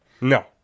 No